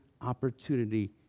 opportunity